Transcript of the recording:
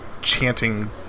chanting